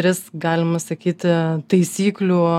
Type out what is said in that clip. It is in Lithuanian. tris galima sakyti taisyklių